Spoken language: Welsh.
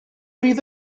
fydd